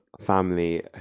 family